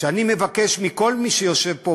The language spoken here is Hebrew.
אני מבקש מכל מי שיושב פה,